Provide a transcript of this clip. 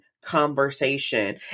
Conversation